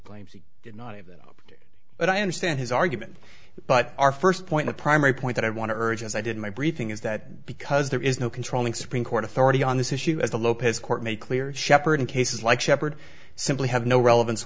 claims he did not have but i understand his argument but our first point the primary point that i want to urge as i did my briefing is that because there is no controlling supreme court authority on this issue as the lopez court made clear sheppard in cases like shepherd simply have no relevance